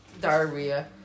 diarrhea